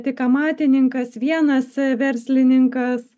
tik amatininkas vienas verslininkas